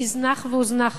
נזנח והוזנח